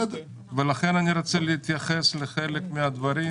ולכן אני רוצה להתייחס לחלק מהדברים.